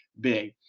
big